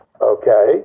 Okay